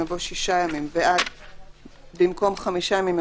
יבוא: "6 ימים" ועד במקום: "5 ימים",